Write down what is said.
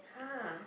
!huh!